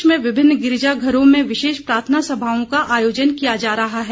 देश में विभिन्न गिरजाघरों में विशेष प्रार्थना सभाओं का आयोजन किया जा रहा है